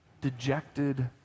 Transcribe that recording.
dejected